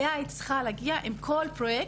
אליה היית צריכה להגיע עם כל פרויקט,